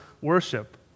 worship